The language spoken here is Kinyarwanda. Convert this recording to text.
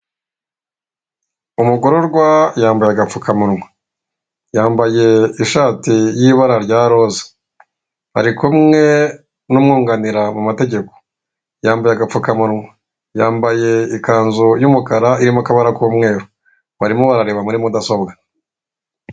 Umugororwa yambaye agapfukamunwa, yambaye ishati y'ibara rya roza ari kumwe n'umwunganira mu mategeko, yambaye agapfukamunwa yambaye ikanzu y'umukara irimo kabara k'umweru barimo arareba muri mudasobwa.